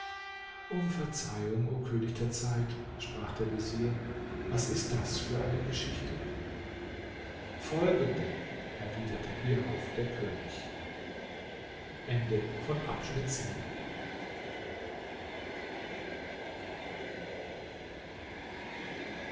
um verzeihung o könig der zeit sprach der vezier was ist das für eine geschichte folgende erwiderte hierauf der könig